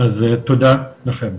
אז תודה לכם.